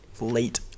late